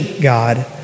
God